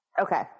Okay